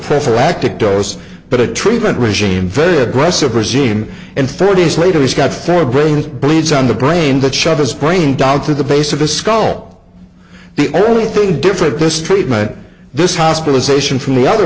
prophylactic dose but a treatment regime very aggressive regime and thirty's later he's got four brains bleeds on the brain that shut his brain down to the base of the skull the only thing different this treatment this hospitalization from the other